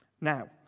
Now